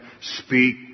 speak